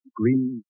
green